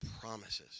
promises